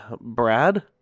Brad